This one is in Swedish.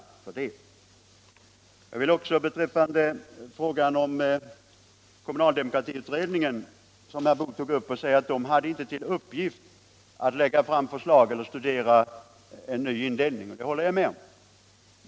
Herr Boo tog upp utredningen om den kommunala demokratin och sade att den inte hade till uppgift att lägga fram förslag eller studera en ny indelning. Det håller jag med om.